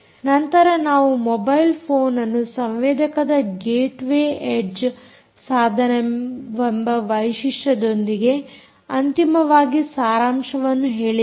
ನಂತರ ನಾವು ಮೊಬೈಲ್ ಫೋನ್ಅನ್ನು ಸಂವೇದಕದ ಗೇಟ್ ವೇ ಎಡ್ಜ್ ಸಾಧನವೆಂಬ ವೈಶಿಷ್ಟ್ಯದೊಂದಿಗೆ ಅಂತಿಮವಾಗಿ ಸಾರಾಂಶವನ್ನು ಹೇಳಿದ್ದೇವೆ